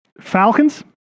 Falcons